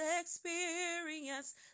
experience